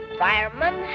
fireman